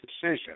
decision